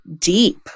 deep